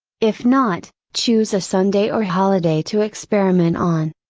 if not, choose a sunday or holiday to experiment on.